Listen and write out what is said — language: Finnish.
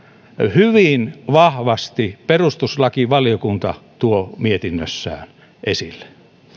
hyvin vahvasti perustuslakivaliokunta tuo mietinnössään esille